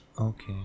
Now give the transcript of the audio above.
Okay